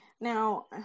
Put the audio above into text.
now